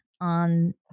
on